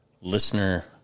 listener